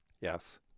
Yes